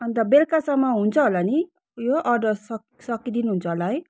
अन्त बेलुकासम्म हुन्छ होला नि उयो अर्डर सक् सकिदिनुहुन्छ होला है